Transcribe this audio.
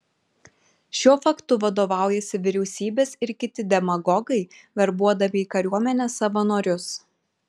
šiuo faktu vadovaujasi vyriausybės ir kiti demagogai verbuodami į kariuomenę savanorius